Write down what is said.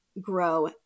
grow